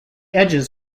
edges